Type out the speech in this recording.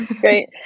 Great